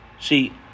see